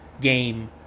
game